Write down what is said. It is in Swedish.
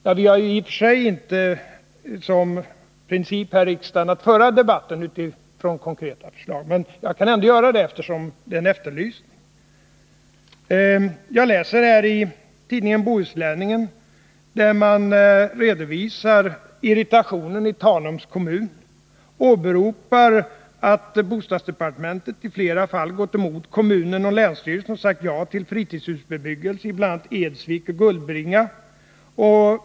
Ja, vi har ju i och för sig inte som princip här i riksdagen att föra debatten utifrån konkreta förslag, men jag kan ändå göra det, eftersom konkreta förslag efterlysts. I en artikel i tidningen Bohusläningen redovisar man irritationen i Tanums kommun och åberopar att ”bostadsdepartementet i flera fall gått emot kommunen och länsstyrelsen och sagt ja till fritidshusbebyggelse i bland annat Edsvik och Gullbringa”.